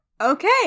Okay